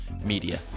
media